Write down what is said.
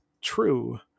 true